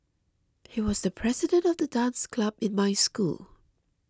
he was the president of the dance club in my school